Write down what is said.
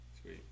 Sweet